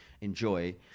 enjoy